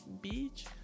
Beach